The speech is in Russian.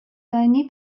они